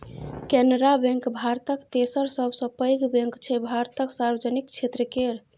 Canara bank भारतक तेसर सबसँ पैघ बैंक छै भारतक सार्वजनिक क्षेत्र केर